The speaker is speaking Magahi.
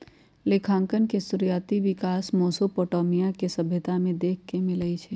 लेखांकन के शुरुआति विकास मेसोपोटामिया के सभ्यता में देखे के मिलइ छइ